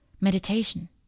Meditation